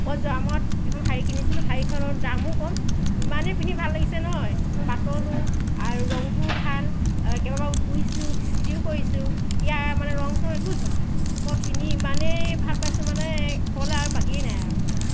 মই যোৱা মাহত এখন শাৰী কিনিছিলোঁ শাৰীখনৰ দামো কম ইমানেই পিন্ধি ভাল লাগিছে নহয় পাতলো আৰু ৰঙটোও ভাল কেইবাৰো ধুইছোঁ ইস্ত্ৰীও কৰিছোঁ ইয়াৰ মানে ৰং চং একো যোৱা নাই মই পিন্ধি ইমানেই ভাল পাইছোঁ মানে ক'বলৈ আৰু বাকীয়ে নাই আৰু